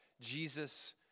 Jesus